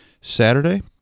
Saturday